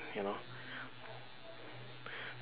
you know